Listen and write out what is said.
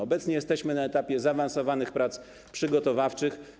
Obecnie jesteśmy na etapie zaawansowanych prac przygotowawczych.